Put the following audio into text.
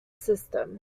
system